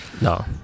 No